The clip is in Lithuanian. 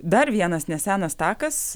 dar vienas nesenas takas